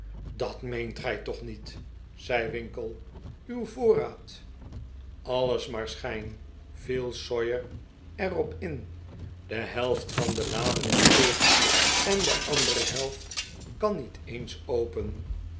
dat meent gij toch niet zei winkle uw voorraad alles maar schijn viel sawyer er op in de helft van de laden is leeg en de andere helft kan niet eens open